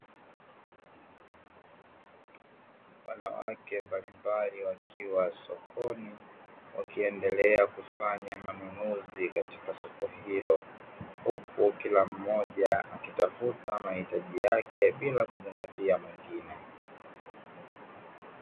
Wanawake mbalimbali wakiwa sokoni wakiendelea kufanya manunuzi katika soko hilo, huku kila mmoja akitafuta mahitaji yake bila kuzingatia mwingine.